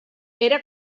era